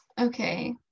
Okay